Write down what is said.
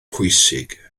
pwysig